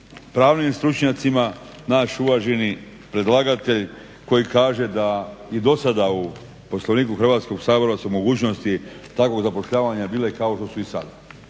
pravnim stručnjacima naš uvaženi predlagatelj koji kaže da i do sada u Poslovniku Hrvatskog sabora su mogućnosti takvog zapošljavanja bile kao što su i sad.